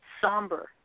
somber